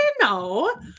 No